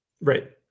Right